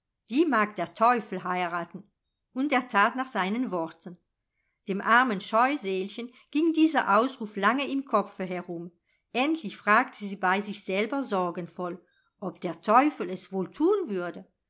die mag der teufel heiraten und er tat nach seinen worten dem armen scheusälchen ging dieser ausruf lange im kopfe herum endlich fragte sie bei sich selber sorgenvoll ob der teufel es wohl tun würde